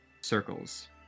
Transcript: circles